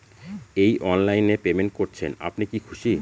এই অনলাইন এ পেমেন্ট করছেন আপনি কি খুশি?